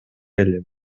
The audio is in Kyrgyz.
элем